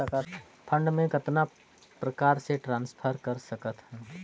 Fund मे कतना प्रकार से ट्रांसफर कर सकत हन?